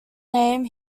name